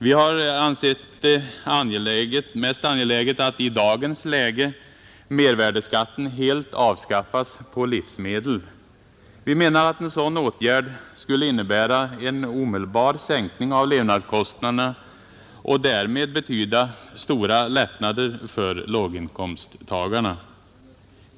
Vi har ansett det mest angeläget att i dagens läge mervärdeskatten helt avskaffas på livsmedel. Vi menar att en sådan åtgärd skulle innebära en omedelbar sänkning av levnadskostnaderna och därmed betyda stora lättnader för låginkomsttagarna.